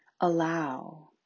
allow